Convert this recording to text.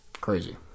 Crazy